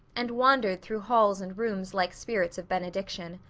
and wandered through halls and rooms like spirits of benediction.